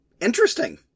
interesting